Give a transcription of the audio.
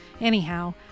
Anyhow